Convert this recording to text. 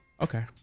Okay